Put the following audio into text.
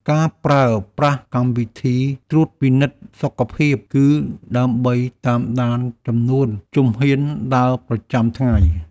ការប្រើប្រាស់កម្មវិធីត្រួតពិនិត្យសុខភាព គឺដើម្បីតាមដានចំនួនជំហានដើរប្រចាំថ្ងៃ។